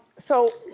so